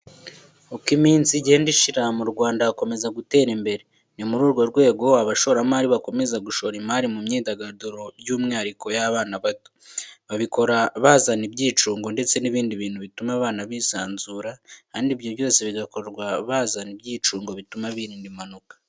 Uko iminsi igenda ishira, mu Rwanda hakomeza gutera imbere. Ni muri urwo rwego, abashoramari bakomeza gushora imari mu myidagaduro by'umwihariko y'abana bato. Babikora bazana ibyicungo, ndetse n'ibindi bintu bituma abana bisanzura kandi ibyo byose bigakorwa bazana ibyicungo bituma birinda impanuka.